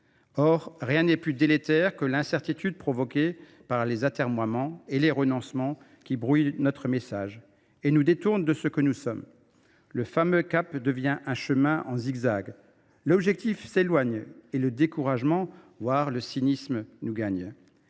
Or rien n’est plus délétère que l’incertitude provoquée par les atermoiements et les renoncements qui brouillent notre message et nous détournent de ce que nous sommes. Le fameux cap devient un chemin en zigzag, l’objectif s’éloigne et le découragement, voire le cynisme, nous gagne.